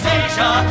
asia